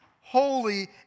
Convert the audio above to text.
holy